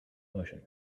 motion